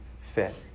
fit